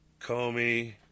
Comey